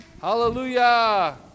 Hallelujah